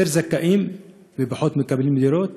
יותר זכאים ופחות מקבלים דירות.